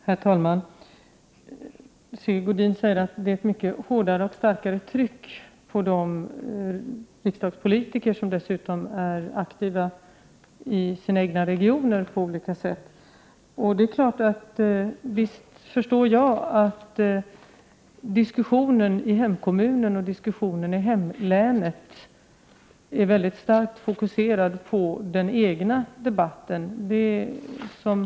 Herr talman! Sigge Godin säger att det är ett mycket hårdare tryck på de riksdagspolitiker som också är aktiva i sina egna regioner på olika sätt. Visst förstår jag att diskussionen i hemkommunen eller hemlänet är väldigt starkt fokuserad till den egna debatten. Eftersom jag är politiker och också har haft Prot.